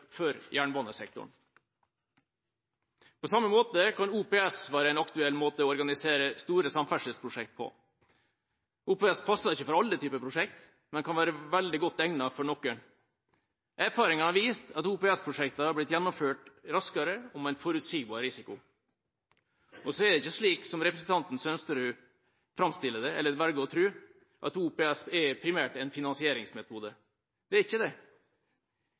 for jernbanesektoren. På samme måte kan OPS være en aktuell måte å organisere store samferdselsprosjekter på. OPS passer ikke for alle typer prosjekter, men kan være veldig godt egnet for noen. Erfaringer har vist at OPS-prosjekter har blitt gjennomført raskere og med en forutsigbar risiko. Så er det ikke slik som representanten Sønsterud framstiller det, eller velger å tro, at OPS primært er en finansieringsmetode. Det er ikke det.